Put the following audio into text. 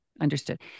Understood